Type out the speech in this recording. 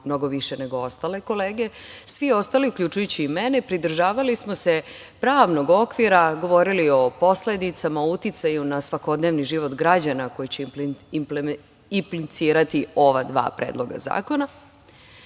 mnogo više nego ostale kolege. Svi ostali, uključujući i mene pridržavali smo se pravnog okvira, govorili o posledicama, o uticaju na svakodnevni život građana koji će implicirati ova dva predloga zakona. Zaista